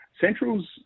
Central's